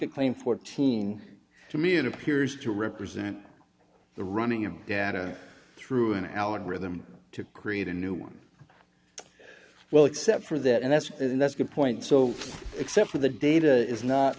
at claim fourteen to me it appears to represent the running your data through an allen rhythm to create a new one well except for that and that's and that's a good point so except for the data is not